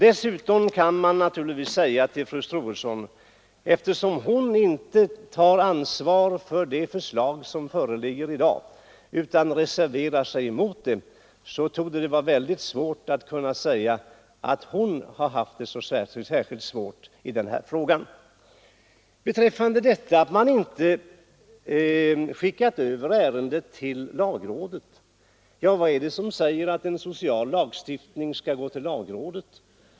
Dessutom kan man naturligtvis säga till fru Troedsson, eftersom hon inte tar ansvar för det förslag som föreligger i dag utan reserverar sig mot det, att det torde vara svårt att hävda att hon har haft det särskilt besvärligt i denna fråga. Här har talats om att man inte skickat över ärendet till lagrådet. Ja, vad är det som säger att en social lagstiftning skall gå till lagrådet?